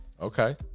Okay